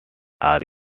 are